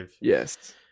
yes